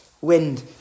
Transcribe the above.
wind